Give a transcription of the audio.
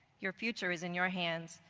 your future is in your hands.